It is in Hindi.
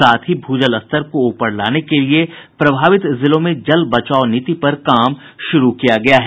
साथ ही भूजल स्तर को ऊपर लाने के लिए प्रभावित जिलों में जल बचाओ नीति पर काम शुरू किया गया है